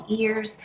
ears